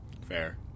Fair